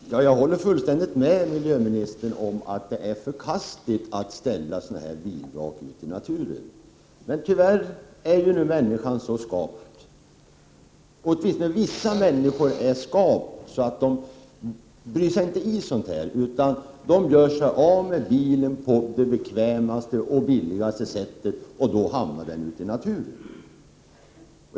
Herr talman! Jag håller fullständigt med miljöministern om att det är förkastligt att ställa bilvrak ute i naturen. Men tyvärr är vissa människor skapta så att de inte bryr sig om sådant utan gör sig av med bilen på det bekvämaste och billigaste sättet, och då hamnar bilen i naturen.